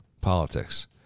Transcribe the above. politics